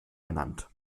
ernannt